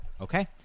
Okay